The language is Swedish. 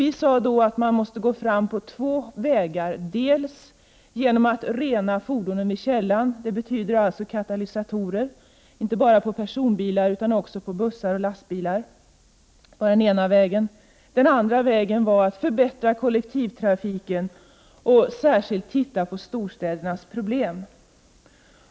Vi sade då att man måste gå fram på två vägar: man måste dels rena fordonsutsläppen vid källan — det betyder katalysatorer, inte bara på personbilar utan också på bussar och lastbilar —, dels förbättra kollektivtrafiken, och då titta särskilt på storstädernas problem.